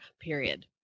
period